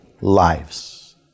lives